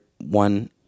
one